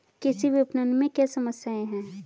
कृषि विपणन में क्या समस्याएँ हैं?